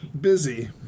busy